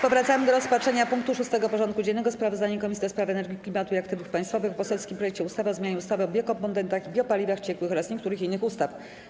Powracamy do rozpatrzenia punktu 6. porządku dziennego: Sprawozdanie Komisji do Spraw Energii, Klimatu i Aktywów Państwowych o poselskim projekcie ustawy o zmianie ustawy o biokomponentach i biopaliwach ciekłych oraz niektórych innych ustaw.